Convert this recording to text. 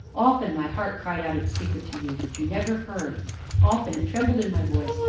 often my heart cried out its secret to you but you never heard often it trembled in my voice,